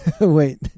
wait